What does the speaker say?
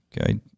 Okay